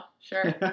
Sure